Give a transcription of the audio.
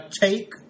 take